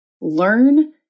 Learn